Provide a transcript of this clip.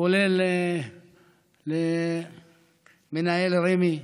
כולל למנהל רמ"י,